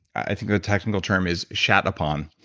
i think the technical term is shat upon,